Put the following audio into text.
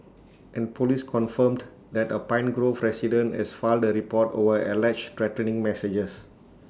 and Police confirmed that A pine grove resident has filed A report over alleged threatening messages